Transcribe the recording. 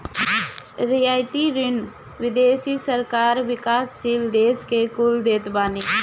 रियायती ऋण विदेशी सरकार विकासशील देस कुल के देत बानी